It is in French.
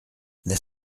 n’est